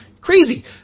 crazy